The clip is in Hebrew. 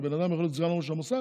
שבן אדם יכול להיות סגן ראש המוסד?